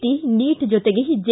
T NEET ಜೊತೆಗೆ J